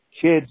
kids